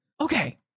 Okay